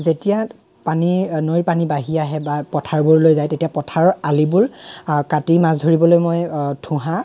যেতিয়া পানী নৈৰ পানী বাঢ়ি আহে বা পথাৰবোৰলৈ যায় তেতিয়া পথাৰৰ আলিবোৰ কাটি মাছ ধৰিবলৈ মই থোঁহা